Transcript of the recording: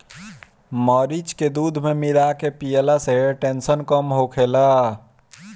मरीच के दूध में मिला के पियला से टेंसन कम होखेला